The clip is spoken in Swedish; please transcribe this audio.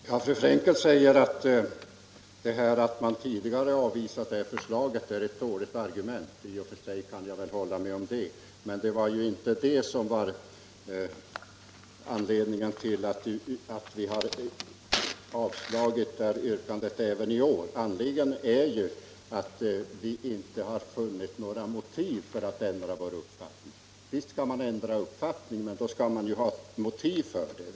Herr talman! Fru Frenkel sade att det faktum att förslaget tidigare avvisats är ett dåligt argument att komma med. I och för sig kan jag väl hålla med henne om det, men det är ju inte detta som är anledningen till att vi har avstyrkt yrkandet även i år, utan anledningen är att vi inte har funnit några motiv för att ändra vår uppfattning. Visst kan man i och för sig ändra uppfattning, men då skall man väl ha ett motiv för det.